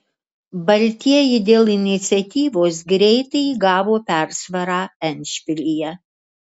baltieji dėl iniciatyvos greitai įgavo persvarą endšpilyje